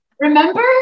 Remember